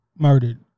murdered